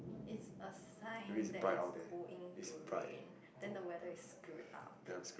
it's a sign that it's going to rain then the weather is screwed up